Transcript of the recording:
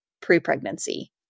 pre-pregnancy